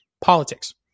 Politics